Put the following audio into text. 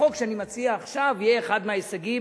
החוק שאני מציע עכשיו יהיה אחד מההישגים